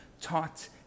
taught